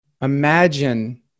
Imagine